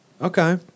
Okay